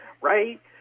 Right